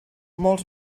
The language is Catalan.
molts